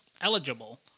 eligible